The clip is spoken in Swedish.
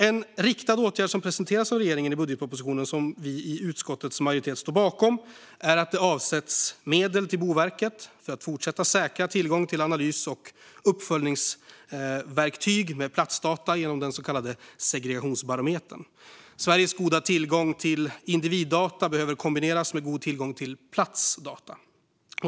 En riktad åtgärd som presenteras av regeringen i budgetpropositionen och som vi i utskottets majoritet står bakom är att det avsätts medel till Boverket för att fortsätta att säkra tillgång till analys och uppföljningsverktyg med platsdata genom den så kallade Segregationsbarometern. Sveriges goda tillgång till individdata behöver kombineras med en god tillgång till platsdata.